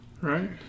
Right